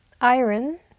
Iron